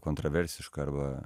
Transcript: kontroversišką arba